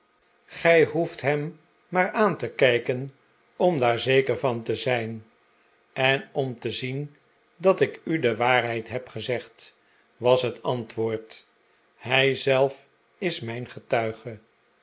gij hoeft hem maar aan te kijken om daar zeker van te zijn en om te zien dat ik u de waarheid heb gezegd was het antwoord hij zelf is mijn getuige